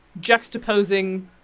juxtaposing